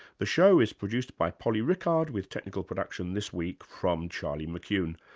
the show is produced by polly rickard with technical production this week from charlie mckune.